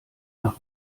nach